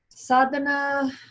sadhana